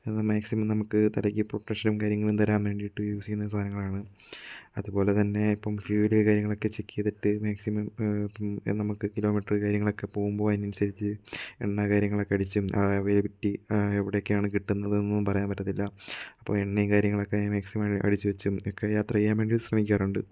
maximum തലക്ക് പ്രൊട്ടക്ഷനും കാര്യങ്ങളും തരാൻ വേണ്ടി യൂസ് ചെയ്യുന്ന കാര്യങ്ങളാണ് അതുപോല തന്നെ ഇപ്പം ഫ്യുവല് കാര്യങ്ങളൊക്കെ ചെക്ക് ചെയ്തിട്ട് മാക്സിമം നമ്മക്ക് കിലോമീറ്റർ കാര്യങ്ങളൊക്കെ പോകുമ്പോൾ അതിനനുസരിച്ച് എണ്ണ കാര്യങ്ങളൊക്കെ അടിച്ചും എവിടേക്കാണ് കിട്ടുന്നത് ഒന്നും പറയാൻ പറ്റത്തില്ല അപ്പോൾ എണ്ണയും കാര്യങ്ങളൊക്കെ മാക്സിമം അടിച്ചു വച്ചും ഒക്കെ യാത്ര ചെയ്യാൻ വേണ്ടി ശ്രമിക്കാറുണ്ട്